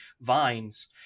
vines